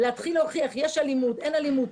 להתחיל להוכיח שיש אלימות, אין אלימות?